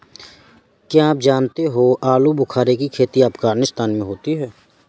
क्या आप जानते हो आलूबुखारे की खेती अफगानिस्तान में होती है